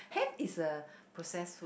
ham is a process food